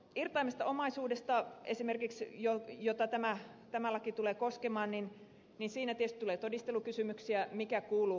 irtaimesta omaisuudesta jota tämä laki tulee koskemaan tulee tietysti todistelukysymyksiä mikä kuuluu kenellekin